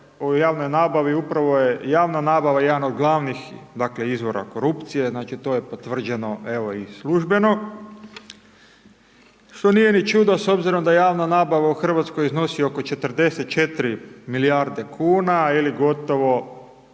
o javnoj nabavi, upravo je javna nabava jedan od glavnih dakle izvora korupcije, znači to je potvrđeno evo i službeno što nije ni čudo s obzirom da javna nabava u Hrvatskoj iznosi oko 44 milijarde kuna ili gotovo,